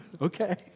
Okay